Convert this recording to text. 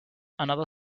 another